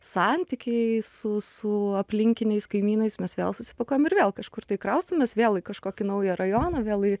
santykiai su su aplinkiniais kaimynais mes vėl susipakuojam ir vėl kažkur tai kraustomės vėl į kažkokį naują rajoną vėl į